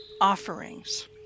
offerings